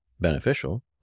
beneficial